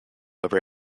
over